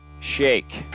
Shake